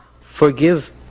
forgive